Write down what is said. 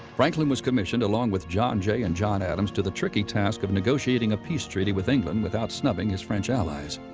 franklin was commissioned, along with john jay and john adams, to the tricky task of negotiating a peace treaty with england without snubbing his french allies.